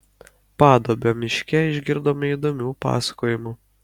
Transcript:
paduobio miške išgirdome įdomių pasakojimų